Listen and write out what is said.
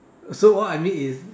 so what I mean is